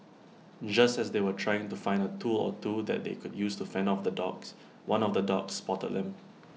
just as they were trying to find A tool or two that they could use to fend off the dogs one of the dogs spotted them